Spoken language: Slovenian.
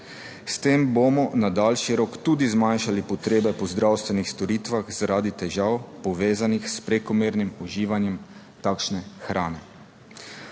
S tem bomo na daljši rok tudi zmanjšali potrebe po zdravstvenih storitvah zaradi težav, povezanih s prekomernim uživanjem takšne hrane.